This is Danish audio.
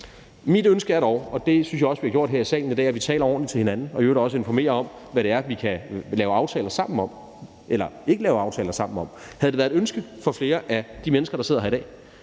Mit ønske er dog, og det synes jeg også vi har gjort i salen i dag, at vi taler ordentligt til hinanden og i øvrigt også informerer om, hvad det er, vi kan lave aftaler sammen om eller ikke lave aftaler sammen om. Havde det været et ønske fra flere af de mennesker, der sidder her i dag,